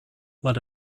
let